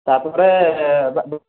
ତା'ପରେ